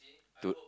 to